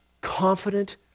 confident